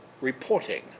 reporting